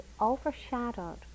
overshadowed